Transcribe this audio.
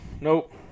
Nope